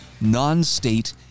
non-state